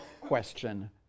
question